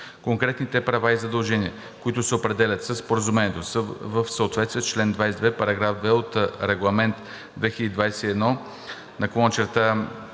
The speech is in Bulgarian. Конкретните права и задължения, които се определят със Споразумението, са в съответствие с чл. 22, параграф 2 от Регламент 2021/241